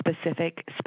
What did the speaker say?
specific